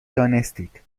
دانستید